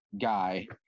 guy